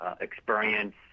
experience